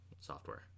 software